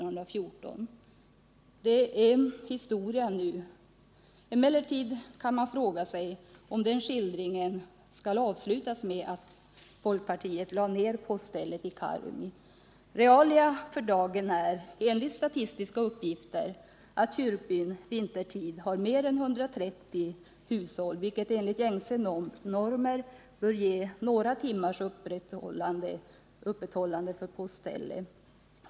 Det är historia nu. Emellertid kan man fråga sig om den skildringen skall avslutas med att folkpartiet lägger ned poststället i Karungi. Realia för dagen är, enligt statistiska uppgifter, att kyrkbyn vintertid har mer än 130 hushåll, vilket enligt gängse normer borde kunna motivera några timmars öppethållande för postställe.